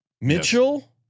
Mitchell